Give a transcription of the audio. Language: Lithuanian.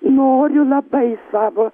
noriu labai savo